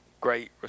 great